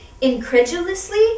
incredulously